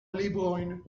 librojn